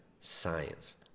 Science